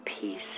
peace